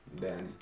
Danny